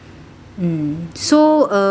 mm so uh